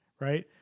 right